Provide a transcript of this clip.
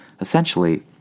essentially